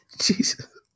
Jesus